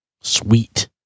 sweet